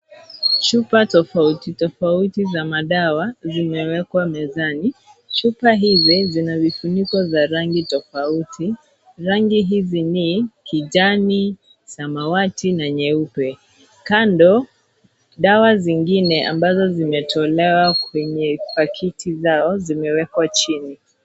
Chupa tofauti tofauti za madawa zimewekwa mezani. Chupa hizi zina vifuniko za rangi tofauti. Rangi hizi ni kijani, samawati na nyeupe. Kando dawa zingine ambazo zimetolewa kwenye pakiti zao zimewekwa chini.